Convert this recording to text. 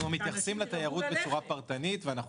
אנחנו מתייחסים לתיירות בצורה פרטנית ואנחנו